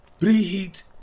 preheat